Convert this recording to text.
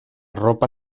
ropa